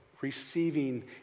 receiving